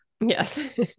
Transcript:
Yes